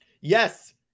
Yes